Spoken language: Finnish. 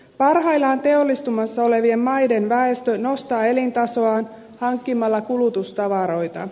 parhaillaan teollistumassa olevien maiden väestö nostaa elintasoaan hankkimalla kulutustavaroita